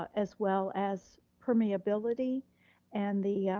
ah as well as permeability and the